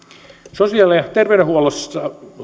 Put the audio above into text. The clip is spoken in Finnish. sosiaali ja terveydenhuollosta